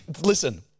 Listen